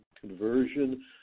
conversion